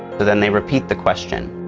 but then they repeat the question